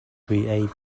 created